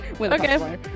Okay